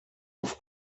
auf